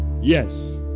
Yes